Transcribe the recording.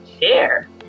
share